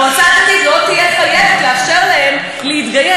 המועצה הדתית לא תהיה חייבת לאפשר להם להתגייר.